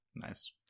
Nice